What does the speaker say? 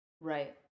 Right